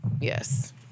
yes